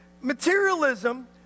materialism